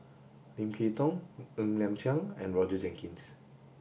Lim Kay Tong Ng Liang Chiang and Roger Jenkins